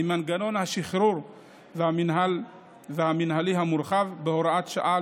ממנגנון השחרור המינהלי המורחב בהוראת שעה